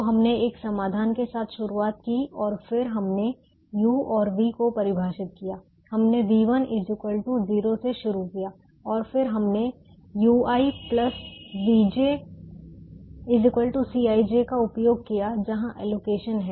तो हमने एक समाधान के साथ शुरुआत की और फिर हमने u और v को परिभाषित किया हमने v1 0 से शुरू किया और फिर हमने ui vj Cijका उपयोग किया जहां एलोकेशन है